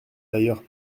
d’ailleurs